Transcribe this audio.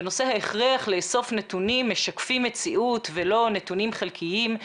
בנושא ההכרח לאסוף נתונים משקפים מציאות ולא נתונים חלקיים,